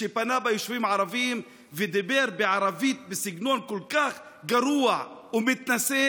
שפנה ליישובים הערביים ודיבר בערבית בסגנון כל כך גרוע ומתנשא,